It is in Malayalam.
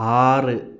ആറ്